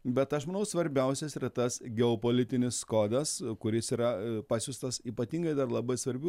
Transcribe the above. bet aš manau svarbiausias yra tas geopolitinis kodas kuris yra pasiųstas ypatingai dar labai svarbiu